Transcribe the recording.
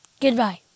Goodbye